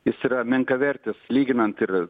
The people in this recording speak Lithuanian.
jis yra menkavertis lyginant ir